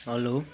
hello